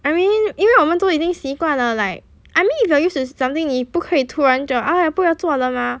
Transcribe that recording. I mean 因为我们都已经习惯了 like I mean if you are used to something 你不可以突然就 !aiya! 不要做了 mah